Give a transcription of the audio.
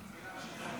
סדר-היום,